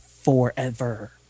forever